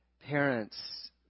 parents